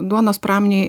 duonos pramonėj